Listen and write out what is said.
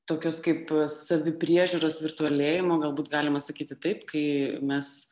tokios kaip savipriežiūros virtualėjimo galbūt galima sakyti taip kai mes